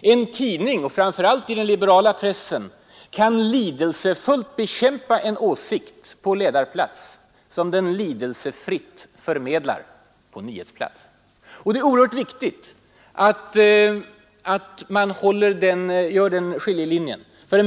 En tidning — framför allt i den liberala pressen — kan lidelsefullt bekämpa en åsikt på ledarplats och lidelsefritt förmedla den på nyhetsplats. Det är mycket viktigt att man drar den skiljelinjen.